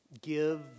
Give